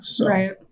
Right